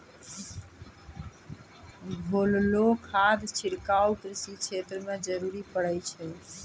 घोललो खाद छिड़काव कृषि क्षेत्र म जरूरी पड़ै छै